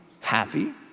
happy